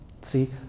see